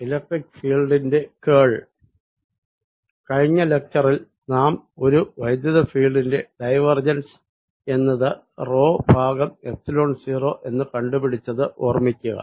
electric ഫീൽഡിന്റെ കേൾ I കഴിഞ്ഞ ലെക്ച്ചറിൽ നാം ഒരു വൈദ്യുത ഫീൽഡിന്റെ ഡൈവേർജെൻസ് എന്നത് റോ ആർ ഭാഗം എപ്സിലോൺ 0 എന്ന് കണ്ടുപിടിച്ചത് ഓർമ്മിക്കുക